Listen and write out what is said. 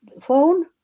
phone